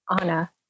Anna